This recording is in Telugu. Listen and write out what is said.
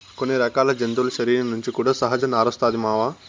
కొన్ని రకాల జంతువుల శరీరం నుంచి కూడా సహజ నారొస్తాది మామ